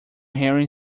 henry